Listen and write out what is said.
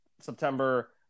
September